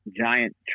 giant